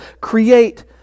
create